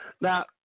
Now